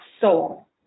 soul